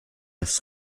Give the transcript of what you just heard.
das